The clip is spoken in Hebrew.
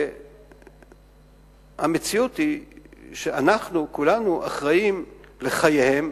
המציאות היא שאנחנו, כולנו, אחראים לחייהם